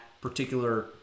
particular